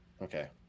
Okay